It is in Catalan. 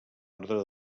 ordre